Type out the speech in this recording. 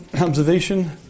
observation